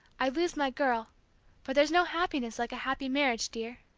i lose my girl but there's no happiness like a happy marriage, dear.